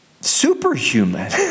superhuman